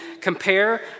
compare